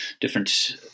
different